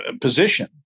position